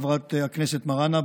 חברת הכנסת מראענה,